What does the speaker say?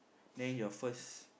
then your first